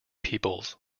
peoples